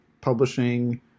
publishing